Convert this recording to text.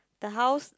the house